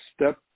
step